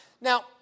Now